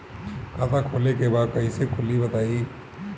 खाता खोले के बा कईसे खुली बताई?